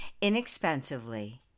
inexpensively